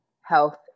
health